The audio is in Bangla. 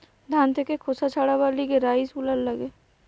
ধান থেকে খোসা ছাড়াবার লিগে রাইস হুলার লাগে